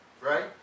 right